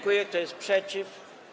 Kto jest przeciw?